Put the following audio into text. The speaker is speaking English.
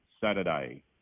Saturday